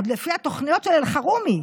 עוד לפי התוכניות של אלחרומי,